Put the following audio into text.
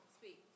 Speak